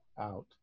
out